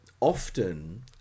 often